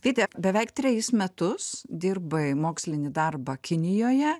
vyti beveik trejus metus dirbai mokslinį darbą kinijoje